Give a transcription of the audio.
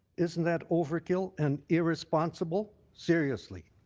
isn't that overkill? and irresponsible? seriously.